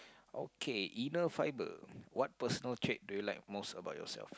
okay inner fiber what personal trait do you like most about yourself